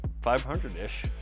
500-ish